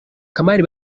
kamali